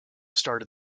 starred